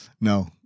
No